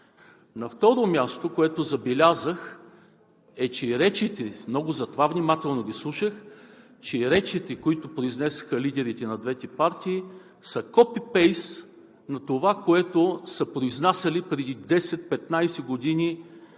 На второ място, забелязах, че речите – затова много внимателно ги слушах, които произнесоха лидерите на двете партии, са копи-пейст на това, което са произнасяли преди 10 – 15 години